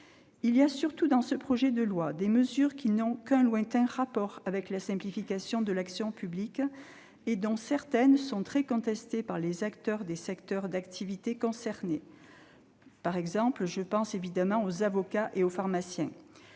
loi. Surtout, ce projet de loi contient des mesures qui n'ont qu'un lointain rapport avec la simplification de l'action publique et dont certaines sont très contestées par les acteurs des secteurs d'activité concernés- je pense évidemment aux avocats et aux pharmaciens.